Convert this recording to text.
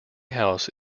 house